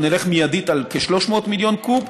אנחנו נלך מיידית לכ-300 מיליון קוב,